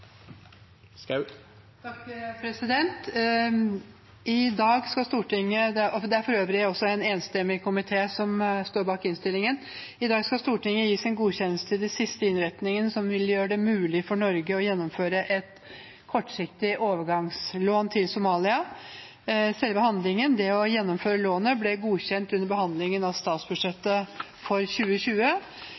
bak innstillingen. I dag skal Stortinget gi sin godkjennelse til de siste innretningene som vil gjøre det mulig for Norge å gjennomføre et kortsiktig overgangslån til Somalia. Selve handlingen, det å gjennomføre lånet, ble godkjent under behandlingen av statsbudsjettet for 2020,